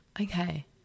okay